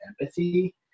empathy